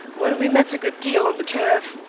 when we met a good deal on the turf.